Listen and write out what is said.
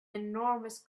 enormous